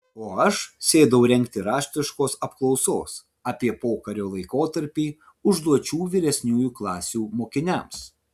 o aš sėdau rengti raštiškos apklausos apie pokario laikotarpį užduočių vyresniųjų klasių mokiniams